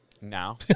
Now